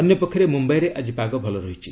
ଅନ୍ୟପକ୍ଷରେ ମୁମ୍ବାଇରେ ଆଜି ପାଗ ଭଲ ରହିଛି